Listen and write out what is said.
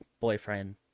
boyfriend